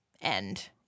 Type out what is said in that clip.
end